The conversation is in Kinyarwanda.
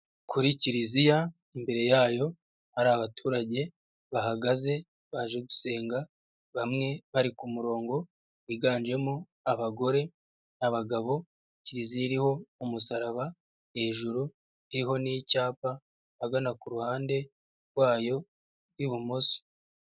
Kuri Kiliziya imbere yayo hari abaturage bahagaze baje gusenga, bamwe bari ku murongo biganjemo abagore, abagabo, Kiliziya iriho umusaraba hejuru, hariho n'icyapa ahagana ku ruhande rwayo rw'ibumoso.